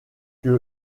que